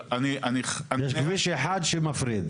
יש כביש אחד שמפריד.